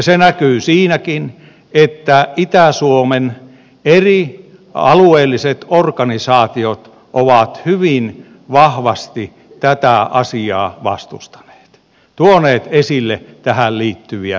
se näkyy siinäkin että itä suomen eri alueelliset organisaatiot ovat hyvin vahvasti tätä asiaa vastustaneet tuoneet esille tähän liittyviä heikkouksia